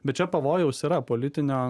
bet čia pavojaus yra politinio